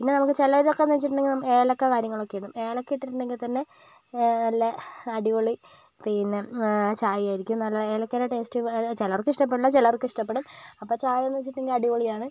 പിന്നെ നമുക്ക് ചിലരൊക്കെ എന്ന് വെച്ചിട്ടുണ്ടെങ്കിൽ നമുക്ക് ഏലക്ക കാര്യങ്ങൾ ഒക്കെ ഇടും ഏലക്ക ഇട്ടിട്ടുണ്ടെങ്കിൽ തന്നെ നല്ല അടിപൊളി പിന്നെ ചായ ആയിരിക്കും നല്ല ഏലക്കയുടെ ടേസ്റ്റ് ചില ചിലർക്ക് ഇഷ്ടപ്പെടില്ല ചിലർക്ക് ഇഷ്ടപ്പെടും അപ്പോൾ ചായ എന്ന് വെച്ചിട്ടുണ്ടെങ്കിൽ അടിപൊളിയാണ്